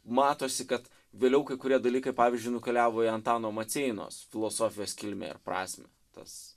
matosi kad vėliau kai kurie dalykai pavyzdžiui nukeliavo į antano maceinos filosofijos kilmę ir prasmę tas